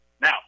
Now